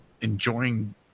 enjoying